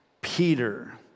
Peter